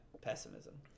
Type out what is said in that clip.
pessimism